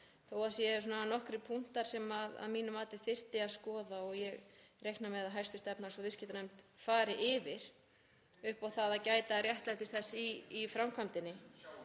þó að það séu nokkrir punktar sem að mínu mati þyrfti að skoða og ég reikna með að hv. efnahags- og viðskiptanefnd fari yfir upp á það að gæta réttlætis þess í framkvæmdinni.